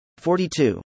42